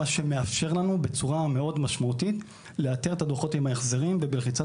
מה שמאפשר לנו בצורה משמעותית לאתר את הדוחות עם ההחזרים ובלחיצת